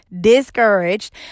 Discouraged